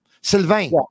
Sylvain